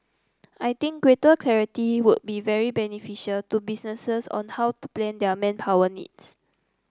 I think greater clarity would be very beneficial to businesses on how to plan their manpower needs